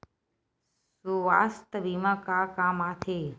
सुवास्थ बीमा का काम आ थे?